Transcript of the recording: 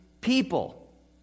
people